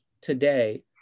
today